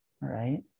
right